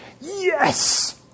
yes